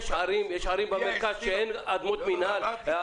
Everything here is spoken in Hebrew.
יש ערים במרכז שאין אדמות מינהל.